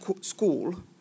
school